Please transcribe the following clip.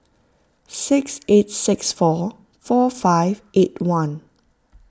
six eight six four four five eight one